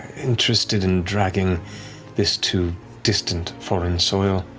interested in dragging this to distant foreign soil.